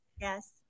Yes